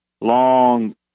long